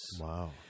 Wow